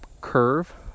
curve